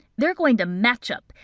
they are going to match up.